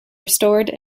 restored